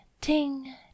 ting